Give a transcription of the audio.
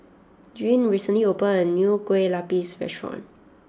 Gwyn recently opened a new Kue Lupis restaurant